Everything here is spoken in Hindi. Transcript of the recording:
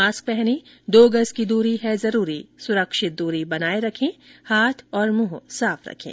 मास्क पहनें दो गज की दूरी है जरूरी सुरक्षित दूरी बनाए रखें हाथ और मुंह साफ रखें